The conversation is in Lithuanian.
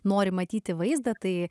nori matyti vaizdą tai